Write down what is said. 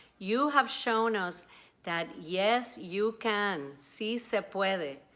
you have shown us that, yes, you can. si se puede.